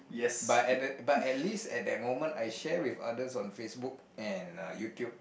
but at that but at least at that moment I share with others on Facebook and uh YouTube